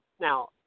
Now